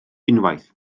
unwaith